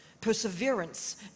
perseverance